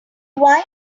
wine